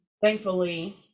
thankfully